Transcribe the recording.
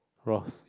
Ross